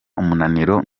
umunaniro